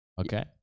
Okay